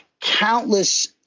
countless